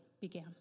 began